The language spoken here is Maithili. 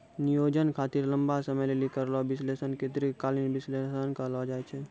नियोजन खातिर लंबा समय लेली करलो विश्लेषण के दीर्घकालीन विष्लेषण कहलो जाय छै